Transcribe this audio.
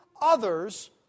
others